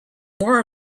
more